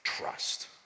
trust